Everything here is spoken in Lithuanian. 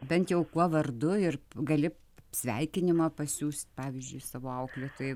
bent jau kuo vardu ir gali sveikinimą pasiųst pavyzdžiui savo auklėtojai